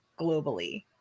globally